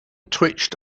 twitched